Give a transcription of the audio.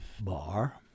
bar